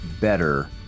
better